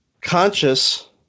conscious